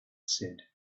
said